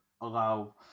allow